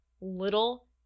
little